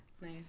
Nice